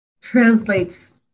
translates